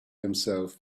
himself